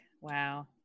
wow